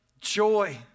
joy